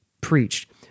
preached